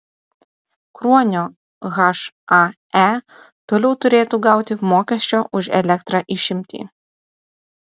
kruonio hae toliau turėtų gauti mokesčio už elektrą išimtį